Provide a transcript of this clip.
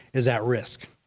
is at risk.